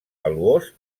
valuós